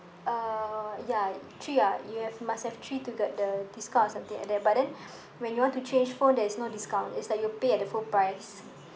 uh ya three ah you have must have three to get the discount or something like that but then when you want to change phone there is no discount it's like you pay at the full price